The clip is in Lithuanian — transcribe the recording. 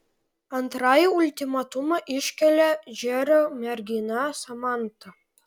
antrąjį ultimatumą iškelia džerio mergina samanta